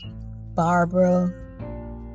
Barbara